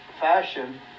fashion